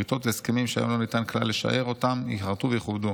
בריתות והסכמים שהיום לא ניתן כלל לשער אותם ייכרתו ויכובדו.